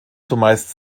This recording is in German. zumeist